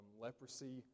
Leprosy